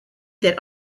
that